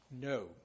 no